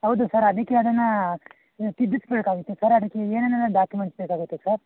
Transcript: ಹೌದು ಸರ್ ಅದಕ್ಕೆ ಅದನ್ನು ತಿದ್ದಿಸ್ಬೇಕಾಗುತ್ತೆ ಸರ್ ಅದಕ್ಕೆ ಏನೇನೆಲ್ಲಾ ಡಾಕ್ಯುಮೆಂಟ್ಸ್ ಬೇಕಾಗುತ್ತೆ ಸರ್